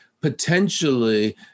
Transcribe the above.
potentially